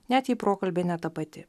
net jei prokalbė ne tapati